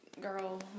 Girl